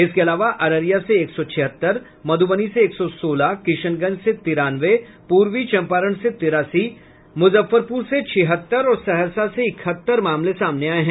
इसके अलावा अररिया से एक सौ छिहत्तर मधुबनी से एक सौ सोलह किशनगंज से तिरानवे पूर्वी चंपारण से तिरासी मुजफ्फरपुर से छिहत्तर और सहरसा से इकहत्तर मामले सामने आये हैं